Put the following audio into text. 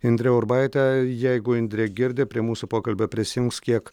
indre urbaite jeigu indrė girdi prie mūsų pokalbio prisijungs kiek